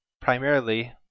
primarily